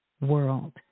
world